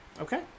Okay